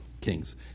kings